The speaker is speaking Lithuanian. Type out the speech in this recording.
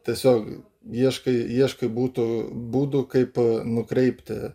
tiesiog ieškai ieškai būtų būdų kaip nukreipti